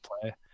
play